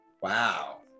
Wow